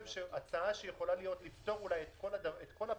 ההצעה שלי שיכולה לפתור את כל הבעיה,